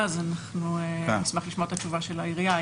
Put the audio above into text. אנחנו נשמח לשמוע את התשובה של העירייה.